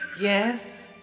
yes